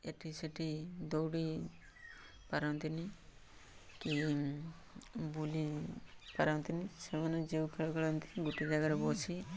ଏଠି ସେଠି ଦୌଡ଼ି ପାରନ୍ତିନି କି ବୁଲି ପାରନ୍ତିନି ସେମାନେ ଯେଉଁ ଖେଳ ଖେଳନ୍ତି ଗୋଟେ ଜାଗାରେ ବସି